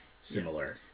similar